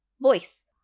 voice